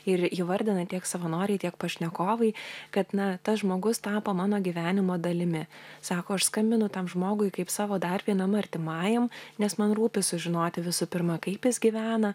ir įvardina tiek savanoriai tiek pašnekovai kad na tas žmogus tapo mano gyvenimo dalimi sako aš skambinu tam žmogui kaip savo dar vienam artimajam nes man rūpi sužinoti visų pirma kaip jis gyvena